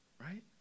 Right